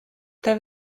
there